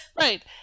Right